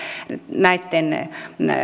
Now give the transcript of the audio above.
näitten